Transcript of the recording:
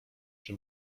czy